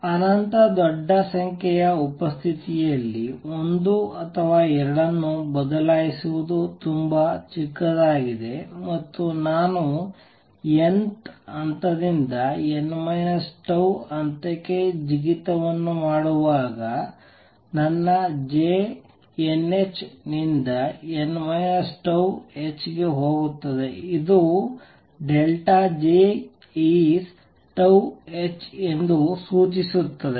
ಅನಂತ ದೊಡ್ಡ ಸಂಖ್ಯೆಯ ಉಪಸ್ಥಿತಿಯಲ್ಲಿ ಒಂದು ಅಥವಾ ಎರಡನ್ನು ಬದಲಾಯಿಸುವುದು ತುಂಬಾ ಚಿಕ್ಕದಾಗಿದೆ ಮತ್ತು ನಾನು n th ಹಂತದಿಂದ n τ ಹಂತಕ್ಕೆ ಜಿಗಿತವನ್ನು ಮಾಡುವಾಗ ನನ್ನ J nh ನಿಂದ n τ h ಗೆ ಹೋಗುತ್ತದೆ ಇದು J is h ಎಂದು ಸೂಚಿಸುತ್ತದೆ